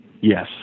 yes